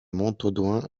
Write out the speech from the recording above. montaudoin